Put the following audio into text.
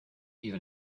even